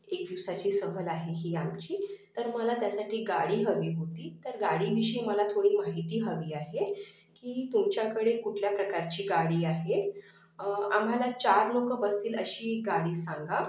एक दिवसाची सहल आहे ही आमची तर मला त्यासाठी गाडी हवी होती तर गाडीविषयी मला थोडी माहिती हवी आहे की तुमच्याकडे कुठल्या प्रकारची गाडी आहे आम्हाला चार लोक बसतील अशी गाडी सांगा